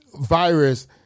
virus